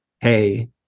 hey